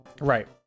Right